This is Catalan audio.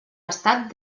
estat